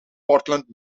portland